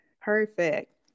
perfect